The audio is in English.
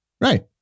Right